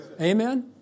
Amen